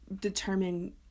determine